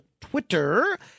Twitter